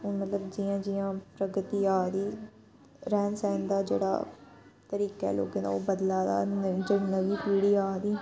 हून मतलब जियां जियां प्रगित आ दी रैह्न सैह्न दा जेह्ड़ा तरीका ऐ लोकें दा ओह् बदलै दा हून नमीं पीढ़ी आ दी